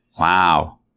Wow